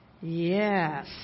Yes